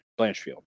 blanchfield